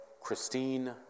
Christine